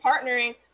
partnering